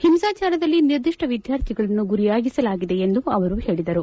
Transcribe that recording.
ಹಿಂಸಾಚಾರದಲ್ಲಿ ನಿರ್ದಿಷ್ಟ ವಿದ್ಯಾರ್ಥಿಗಳನ್ನು ಗುರಿಯಾಗಿಸಲಾಗಿದೆ ಎಂದು ಅವರು ಹೇಳಿದರು